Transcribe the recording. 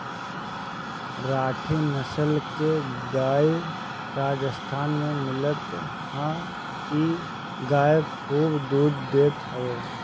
राठी नसल के गाई राजस्थान में मिलत हअ इ गाई खूब दूध देत हवे